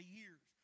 years